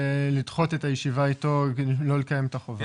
לדחות את הישיבה איתו כדי לא לקיים את החובה.